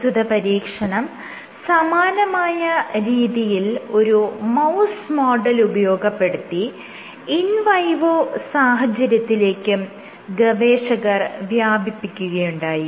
പ്രസ്തുത പരീക്ഷണം സമാനമായ രീതിയിൽ ഒരു മൌസ് മോഡൽ ഉപയോഗപ്പെടുത്തി ഇൻ വൈവോ സാഹചര്യത്തിലേക്കും ഗവേഷകർ വ്യാപിപ്പിക്കുകയുണ്ടായി